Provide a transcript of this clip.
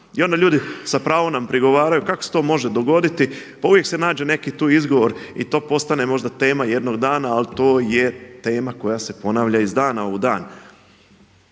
I onda ljudi sa pravom nam prigovaraju kako se to može dogoditi, pa uvijek se nađe neki tu izgovor i to postane možda tema jednog dama, ali to je tema koja se ponavlja iz dana u dan.